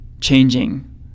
changing